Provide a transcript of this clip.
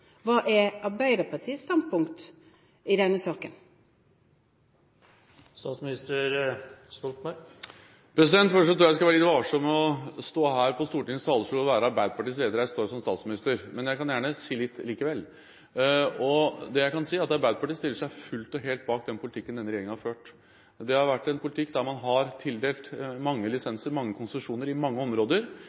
Hva er Arbeiderpartiets standpunkt i denne saken? Først: Jeg tror jeg skal være litt varsom med å stå her på Stortingets talerstol og være Arbeiderpartiets leder, jeg står her som statsminister, men jeg kan gjerne si litt likevel. Det jeg kan si, er at Arbeiderpartiet stiller seg fullt og helt bak den politikken denne regjeringen har ført. Det har vært en politikk der man har tildelt mange lisenser, mange konsesjoner, i mange områder,